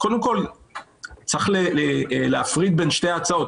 צריך להפריד בין שתי ההצעות.